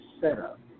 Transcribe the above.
setup